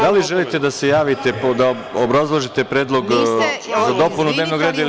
Da li želite da se javite da obrazložite predlog za dopunu dnevnog reda ili ne?